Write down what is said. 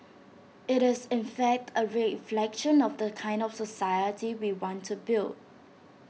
IT is in fact A reflection of the kind of society we want to build